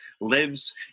lives